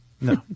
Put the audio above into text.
No